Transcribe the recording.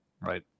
Right